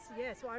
Yes